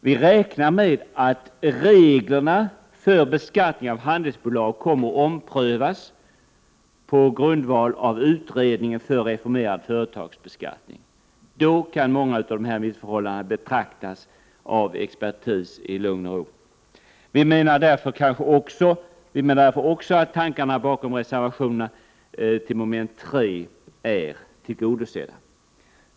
Vi räknar med att reglerna för beskattningen av handelsbolag kommer att omprövas på grundval av utredningen för reformerad företagsbeskattning. Då kan många av missförhållandena betraktas av expertis i lugn och ro. Vi menar därför också att tankarna bakom reservationerna till mom. 3 är tillgodosedda. Herr talman!